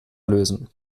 lösen